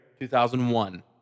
2001